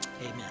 amen